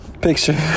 picture